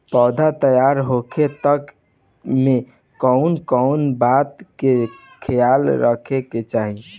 पौधा तैयार होखे तक मे कउन कउन बात के ख्याल रखे के चाही?